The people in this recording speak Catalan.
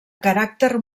caràcter